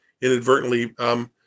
inadvertently